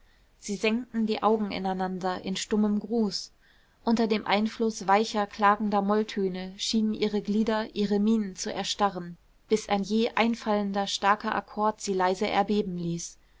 sie senkten die augen ineinander in stummem gruß unter dem einfluß weicher klagender molltöne schienen ihre glieder ihre mienen zu erstarren bis ein jäh einfallender starker akkord sie leise erbeben ließ